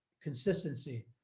consistency